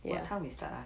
what time we start ah